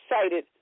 excited